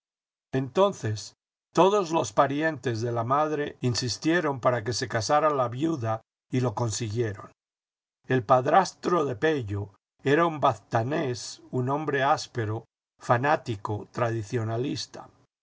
entonces todos los parientes de la madre insistieron para que se casara la viuda y lo consiguieron el padrastro de pello era un baztanés un hombre áspero fanático tradicionalista